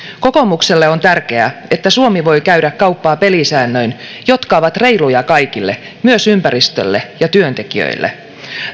kokoomukselle on tärkeää että suomi voi käydä kauppaa pelisäännöin jotka ovat reiluja kaikille myös ympäristölle ja työntekijöille